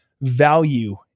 value